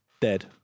dead